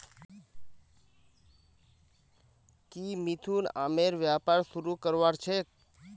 की मिथुन आमेर व्यापार शुरू करवार छेक